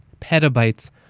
petabytes